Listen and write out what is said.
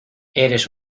eres